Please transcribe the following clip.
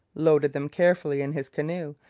loaded them carefully in his canoe,